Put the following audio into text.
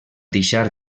deixar